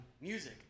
music